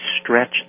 stretch